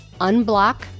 unblock